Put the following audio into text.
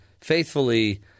faithfully